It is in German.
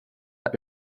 hat